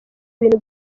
ibintu